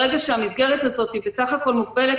ברגע שהמסגרת הזאת בסך הכול מוגבלת,